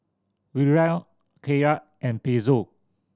Riyal Kyat and Peso